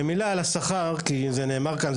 במילה על השכר כי זה נאמר כאן.